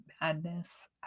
madness